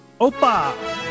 Opa